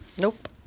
Nope